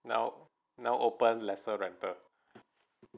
now now open lesser rental